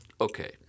Okay